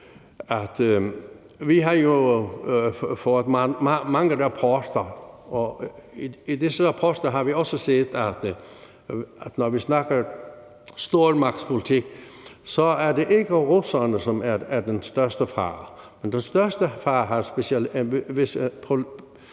Vi har jo fået mange rapporter, og i disse rapporter har vi også set, at det, når vi snakker stormagtspolitik, så ikke er russerne, som er den største fare. Men den største fare er,